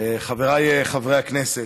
חבריי חברי הכנסת,